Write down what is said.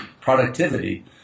productivity